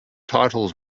titles